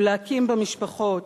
ולהקים בה משפחות,